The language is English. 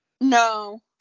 No